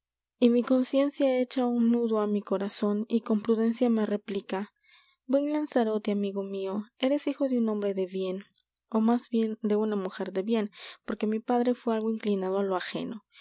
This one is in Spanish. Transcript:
y mi conciencia echa un nudo á mi corazon y con prudencia me replica buen lanzarote amigo mio eres hijo de un hombre de bien ó más bien de una mujer de bien porque mi padre fué algo inclinado á lo ajeno